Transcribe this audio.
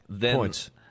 points